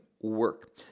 work